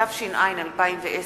התש"ע 2010,